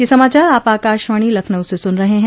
ब्रे क यह समाचार आप आकाशवाणी लखनऊ से सुन रहे हैं